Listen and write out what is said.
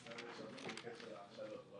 אין קשר להכשלות.